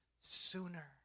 sooner